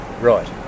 Right